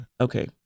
Okay